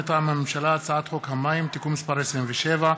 מטעם הממשלה: הצעת חוק המים (תיקון מס' 27),